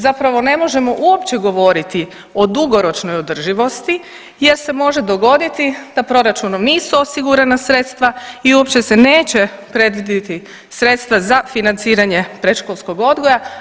Zapravo ne možemo uopće govoriti o dugoročnoj održivosti jer se može dogoditi da proračunom nisu osigurana sredstva i uopće se neće predvidjeti sredstva za financiranje predškolskog odgoja.